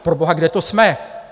Proboha, kde to jsme?